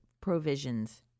provisions